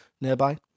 nearby